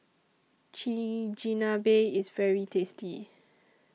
Chigenabe IS very tasty